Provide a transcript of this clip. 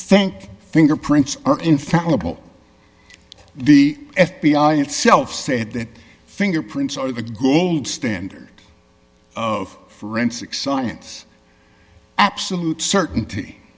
think fingerprints are infallible the f b i itself said that fingerprints are the gold standard of forensic science absolute certainty